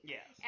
Yes